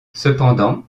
cependant